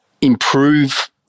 improve